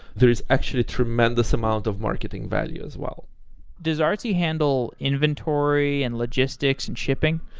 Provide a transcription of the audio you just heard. there is actually tremendous amount of marketing value as well does artsy handle inventory and logistics and shipping?